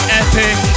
epic